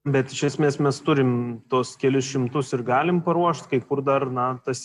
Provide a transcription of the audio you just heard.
bet iš esmės mes turim tuos kelis šimtus ir galim paruošt kai kur dar na tas